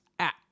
app